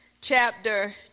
chapter